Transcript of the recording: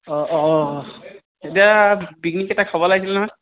অঁ অঁ এতিয়া পিকনিক এটা খাব লাগিছিল নহয়